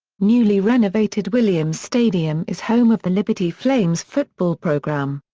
newly renovated williams stadium is home of the liberty flames football program.